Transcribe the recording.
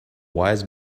wise